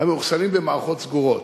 המאוחסנים במערכות סגורות.